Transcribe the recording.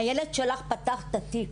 הילד שלך פתח את התיק.